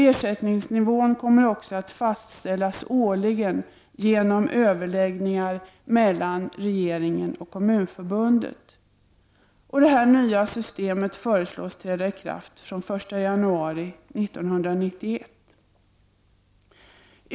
Ersättningsnivån kommer också att fastställas årligen genom överläggningar mellan regeringen och Kommunförbundet. Det nya systemet föreslås träda i kraft den 1 januari 1991.